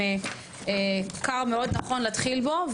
הם קו מאוד נכון להתחיל בו,